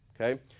okay